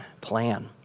plan